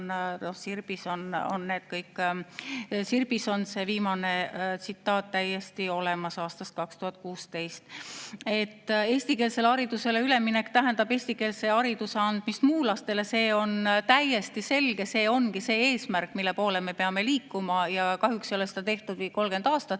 Sirbis on see viimane [ütlemine] täiesti olemas aastast 2016.Eestikeelsele haridusele üleminek tähendab eestikeelse hariduse andmist muulastele, see on täiesti selge ja see ongi see eesmärk, mille poole me peame liikuma. Kahjuks ei ole seda aga tehtud 30 aastat,